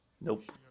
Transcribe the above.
Nope